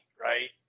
right